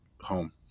home